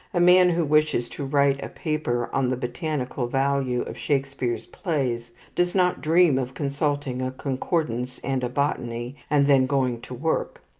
a man who wishes to write a paper on the botanical value of shakespeare's plays does not dream of consulting a concordance and a botany, and then going to work.